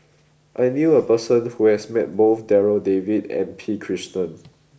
I knew a person who has met both Darryl David and P Krishnan